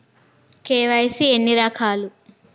KYC ఎన్ని రకాలు?